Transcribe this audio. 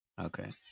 Okay